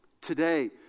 Today